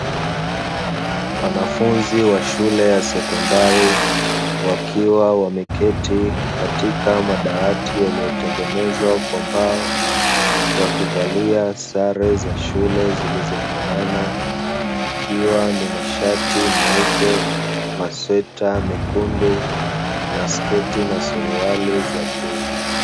Wanafunzi wa shule ya sekondari, wakiwa wameketi katika madawati yaliyotengenezwa kwa mbao, wakivalia sare za shule zilizofanana, ikiwa ni mashati meupe, masweta mekundu na sketi na suruali za bluu.